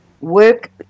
work